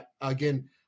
again